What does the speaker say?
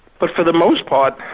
but for the most part,